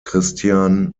christian